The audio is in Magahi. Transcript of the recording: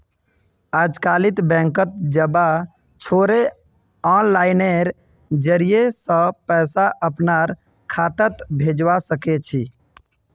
अजकालित बैंकत जबा छोरे आनलाइनेर जरिय स पैसा अपनार खातात भेजवा सके छी